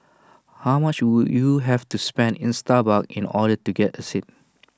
how much would you have to spend in Starbucks in order to get A seat